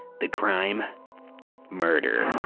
the crime murder.